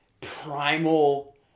primal